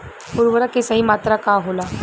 उर्वरक के सही मात्रा का होला?